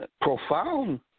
profound